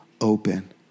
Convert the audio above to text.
open